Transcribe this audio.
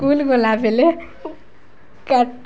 school ଗଲା ବେଳେ କାଟ୍